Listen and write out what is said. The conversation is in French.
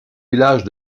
villages